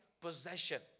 possession